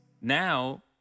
now